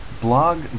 blog